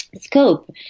scope